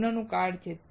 આ લગ્નનું કાર્ડ છે